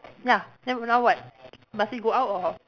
ya then now what must we go out or